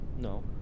No